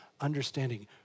understanding